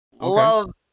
Love